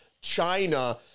China